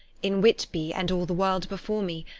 in whitby and all the world before me,